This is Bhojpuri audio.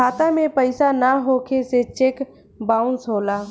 खाता में पइसा ना होखे से चेक बाउंसो होला